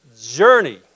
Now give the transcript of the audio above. journey